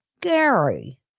Gary